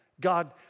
God